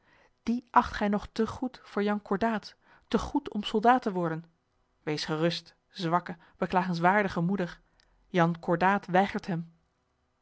dien acht gij nog te goed voor jan cordaat te goed om soldaat te worden wees gerust zwakke beklagenswaardige moeder jan cordaat weigert hem